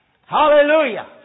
Hallelujah